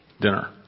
Dinner